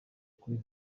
kuri